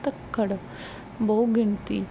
ਧੱਕੜ ਬਹੁਗਿਣਤੀ